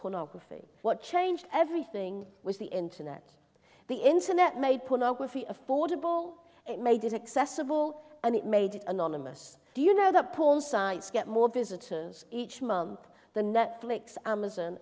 pornography what changed everything was the internet the internet made pornography affordable it made it accessible and it made it anonymous do you know that porn sites get more visitors each month the netflix amazon